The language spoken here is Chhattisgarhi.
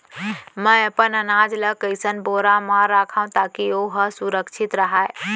मैं अपन अनाज ला कइसन बोरा म रखव ताकी ओहा सुरक्षित राहय?